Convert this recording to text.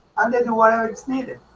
um they do whatever it's needed